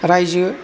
रायजो